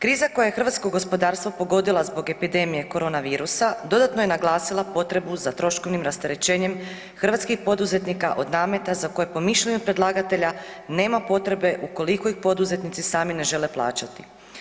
Kriza koja je hrvatsko gospodarstvo pogodila zbog epidemije korona virusa dodatno je naglasila potrebu za troškovnim rasterećenjem hrvatskih poduzetnika od nameta za koje po mišljenju predlagatelja nema potrebe ukoliko ih poduzetnici sami ne žele plaćati.